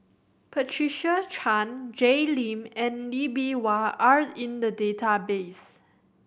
Patricia Chan Jay Lim and Lee Bee Wah are in the database